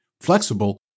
flexible